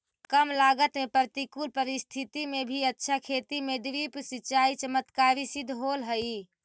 कम लागत में प्रतिकूल परिस्थिति में भी अच्छा खेती में ड्रिप सिंचाई चमत्कारी सिद्ध होल हइ